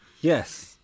yes